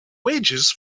wages